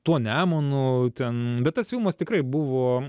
tuo nemuno ten bet tas filmas tikrai buvo